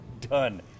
Done